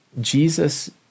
Jesus